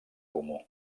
comú